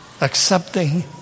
accepting